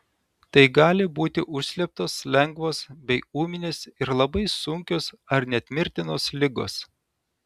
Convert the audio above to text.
tai gali būti užslėptos lengvos bei ūminės ir labai sunkios ar net mirtinos ligos